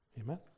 Amen